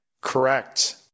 Correct